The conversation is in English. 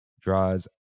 draws